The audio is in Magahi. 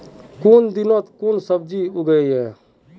कुन दिनोत कुन सब्जी उगेई?